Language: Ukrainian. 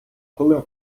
коли